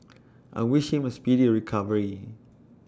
I wish him A speedy recovery